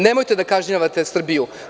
Nemojte da kažnjavate Srbiju.